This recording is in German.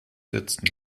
sitzen